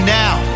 now